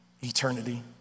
eternity